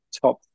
top